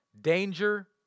danger